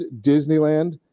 Disneyland